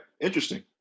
Interesting